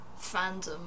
fandom